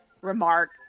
remark